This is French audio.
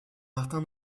martin